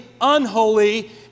unholy